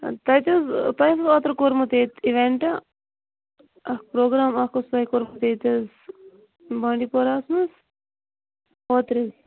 تتہ حظ تۄہہِ اوسوٕ حظ اوترٕ کوٚرمُت ییٚتہِ اوینٹ اکھ پروگرام اکھ اوسو تۄہہِ کوٚرمُت ییٚتہِ حظ بانڈی پوراہَس مَنٛز اوترٕ